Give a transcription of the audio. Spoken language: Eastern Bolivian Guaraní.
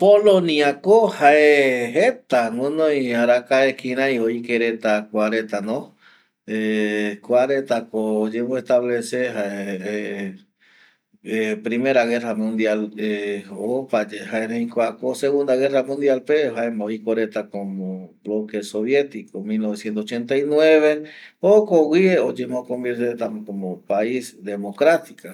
Polonia ko jae jeta gunoi arakae oike reta kua reta ko oyemoestablece primera guerra mundial uajaye jaema segunda guerra mundial pe jaema oiko mopeti pais del bloque sovietico jaema jokogüi oyemo convierte como pais democratico